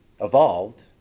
evolved